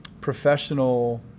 professional